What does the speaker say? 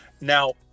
Now